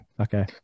Okay